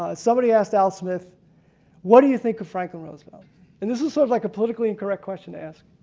ah somebody asked al smith what do you think of franklin roosevelt and this is sort of like a politically incorrect question to ask